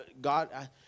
God